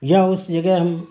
یا اس جگہ ہم